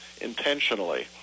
intentionally